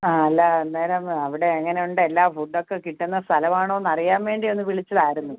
ആ അല്ല അന്നേരം അവിടെ എങ്ങനെയുണ്ട് എല്ലാ ഫുഡൊക്കെ കിട്ടുന്ന സ്ഥലമാണോയെന്ന് അറിയാൻ വേണ്ടി ഒന്ന് വിളിച്ചതായിരുന്നു